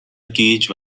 گیج